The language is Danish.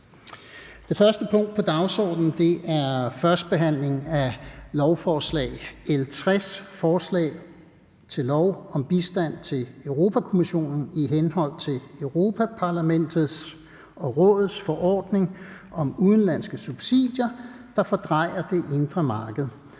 Det første punkt på dagsordenen er: 1) 1. behandling af lovforslag nr. L 60: Forslag til lov om bistand til Europa-Kommissionen i henhold til Europa-Parlamentets og Rådets forordning om udenlandske subsidier, der fordrejer det indre marked.